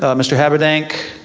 so mr. habedank,